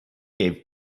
gave